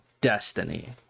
destiny